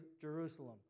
Jerusalem